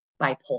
bipolar